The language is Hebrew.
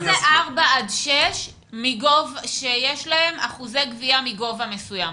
מה זה 4 עד 6 שיש להם אחוזי גבייה מגובה מסוים.